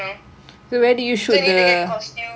so need to get costume